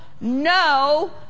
No